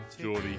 Geordie